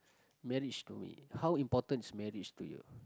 marriage to me how important is marriage to you